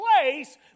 place